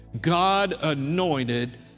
God-anointed